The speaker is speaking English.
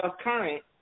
current